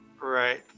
right